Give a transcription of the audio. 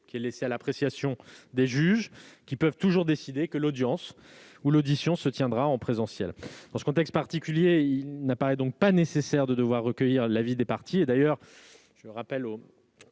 faculté laissée à l'appréciation des juges ; ces derniers peuvent toujours décider que l'audience ou l'audition se tiendra en présentiel. Dans ce contexte particulier, il n'apparaît donc pas nécessaire de recueillir l'avis des parties.